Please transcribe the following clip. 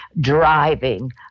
driving